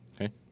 Okay